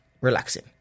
relaxing